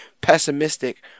pessimistic